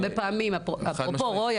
אני